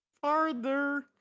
farther